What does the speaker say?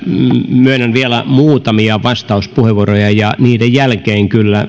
myönnän vielä muutamia vastauspuheenvuoroja ja niiden jälkeen kyllä